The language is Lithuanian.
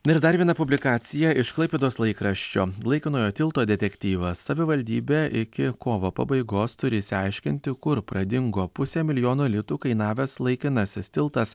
na ir dar viena publikacija iš klaipėdos laikraščio laikinojo tilto detektyvas savivaldybė iki kovo pabaigos turi išsiaiškinti kur pradingo pusę milijono litų kainavęs laikinasis tiltas